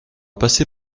passer